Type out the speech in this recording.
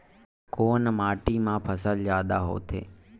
कोन माटी मा फसल जादा होथे?